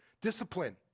discipline